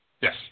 Yes